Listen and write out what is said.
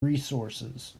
resources